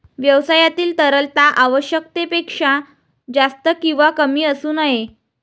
व्यवसायातील तरलता आवश्यकतेपेक्षा जास्त किंवा कमी असू नये